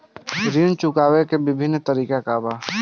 ऋण चुकावे के विभिन्न तरीका का बा?